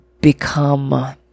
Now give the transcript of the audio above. become